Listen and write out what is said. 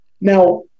Now